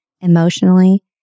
emotionally